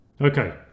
Okay